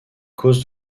causes